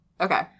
okay